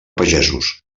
pagesos